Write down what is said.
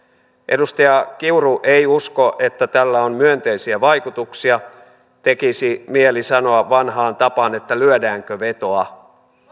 edustaja kiuru ei usko että tällä on myönteisiä vaikutuksia tekisi mieli sanoa vanhaan tapaan että lyödäänkö vetoa